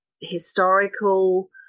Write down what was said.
historical